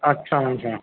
اچھا اچھا